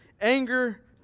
anger